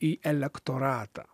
į elektoratą